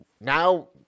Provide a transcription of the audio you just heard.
Now